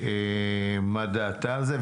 מה דעתה על זה.